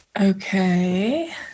Okay